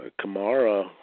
Kamara